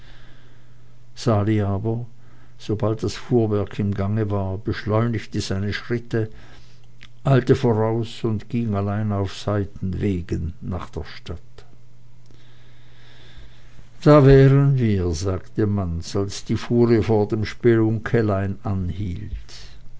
sali aber sobald das fuhrwerk im gange war beschleunigte seine schritte eilte voraus und ging allein auf seitenwegen nach der stadt da wären wir sagte manz als die fuhre vor dem spelunkelein anhielt